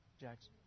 Jackson